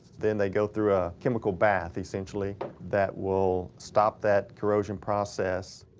then they go through a chemical bath essentially that will stop that corrosion process.